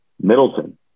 Middleton